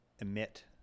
emit